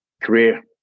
career